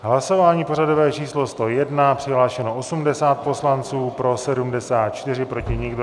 Hlasování pořadové číslo 101, přihlášeno 80 poslanců, pro 74, proti nikdo.